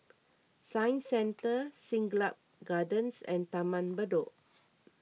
Science Centre Siglap Gardens and Taman Bedok